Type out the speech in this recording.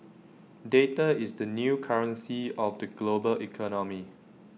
data is the new currency of the global economy